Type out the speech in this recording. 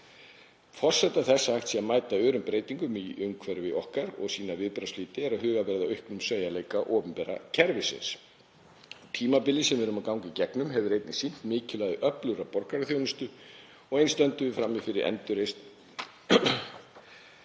Forsenda þess að hægt sé að mæta örum breytingum í umhverfi okkar og sýna viðbragðsflýti er að hugað verði að auknum sveigjanleika opinbera kerfisins. Tímabilið sem við erum að ganga í gegnum hefur einnig sýnt mikilvægi öflugrar borgaraþjónustu og eins stöndum við frammi fyrir endurreisn